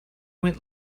went